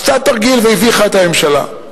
עשתה תרגיל והביכה את הממשלה.